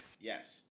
Yes